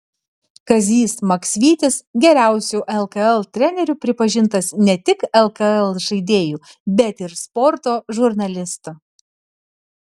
kazys maksvytis geriausiu lkl treneriu pripažintas ne tik lkl žaidėjų bet ir sporto žurnalistų